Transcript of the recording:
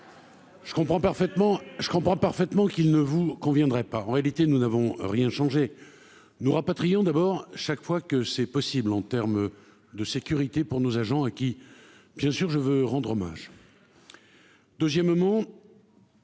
je comprends parfaitement qu'il ne vous conviendrait pas, en réalité, nous n'avons rien changé nous rapatriant d'abord chaque fois que c'est possible en terme de sécurité pour nos agents qui, bien sûr, je veux rendre hommage, deuxièmement.